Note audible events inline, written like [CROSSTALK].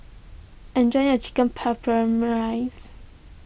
enjoy your Chicken [UNINTELLIGIBLE]